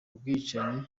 bwicanyi